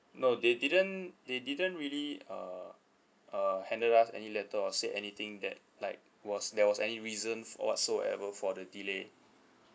no they didn't they didn't really uh uh handed us any letter or said anything that like was there was any reasons whatsoever for the delay